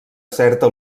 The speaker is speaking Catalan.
certa